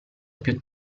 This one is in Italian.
più